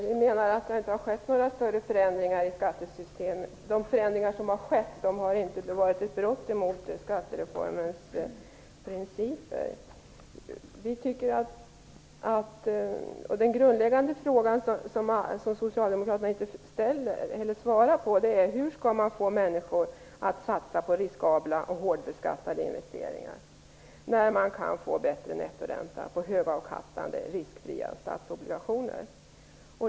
Herr talman! Det har inte skett några större förändringar i skattesystemet. De förändringar som har gjorts har inte inneburit något brott mot skattereformens principer. Den grundläggande frågan, som socialdemokraterna inte svarar på, är: Hur skall man få människor att satsa på riskabla och hårdbeskattade investeringar när de kan få bättre ränta på högavkastande riskfria statsobligationer?